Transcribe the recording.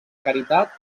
caritat